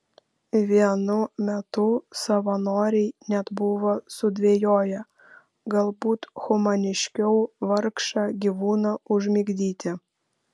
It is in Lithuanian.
vienu metu savanoriai net buvo sudvejoję galbūt humaniškiau vargšą gyvūną užmigdyti